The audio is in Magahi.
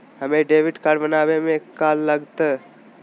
हमें डेबिट कार्ड बनाने में का लागत?